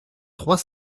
trois